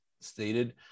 stated